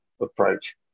approach